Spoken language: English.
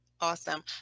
awesome